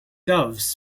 doves